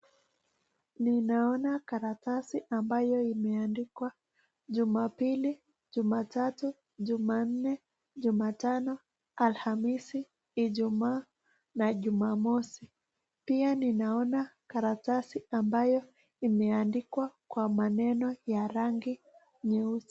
Ninaona karatasi ambayo imeandikwa jumapili, jumatatu, jumanne, jumatano, alhamisi, ijumaa na jumamosi. Pia ninaona karatasi ambayo imeandikwa kwa maneno ya rangi nyeusi.